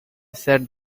set